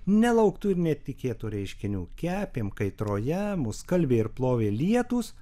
nelauktų ir netikėtų reiškinių kepėm kaitroje mus skalbė ir plovė lietūs